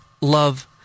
Love